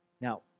Now